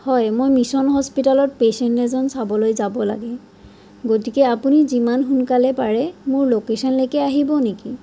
হয় মই মিছন হস্পিটেলত পেচেণ্ট এজন চাবলৈ যাব লাগে গতিকে আপুনি যিমান সোনকালে পাৰে মোৰ লোকেশ্যনলৈকে আহিব নেকি